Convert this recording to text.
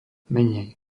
menej